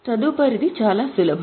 తదుపరిది చాలా సులభం